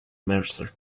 mercer